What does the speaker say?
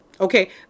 Okay